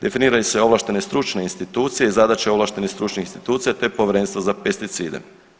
Definiraju se ovlaštene stručne institucije i zadaće ovlaštenih stručnih institucija te povjerenstva za pesticide.